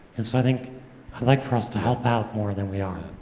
and so i think i'd like for us to help out more than we are.